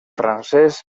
francès